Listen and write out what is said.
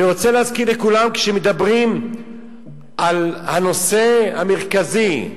אני רוצה להזכיר לכולם, כשמדברים על הנושא המרכזי,